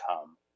come